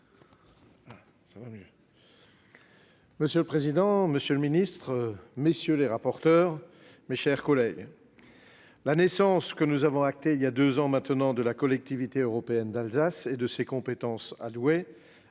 Monsieur le président, monsieur le secrétaire d'État, mes chers collègues, la « naissance » que nous avons actée voilà deux ans maintenant de la Collectivité européenne d'Alsace et de ses compétences allouées,